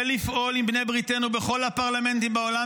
ולפעול עם בני בריתנו בכל הפרלמנטים בעולם